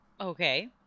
Okay